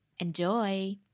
Enjoy